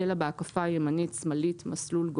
(צלע בהקפה) ימנית/שמאלית, מסלול...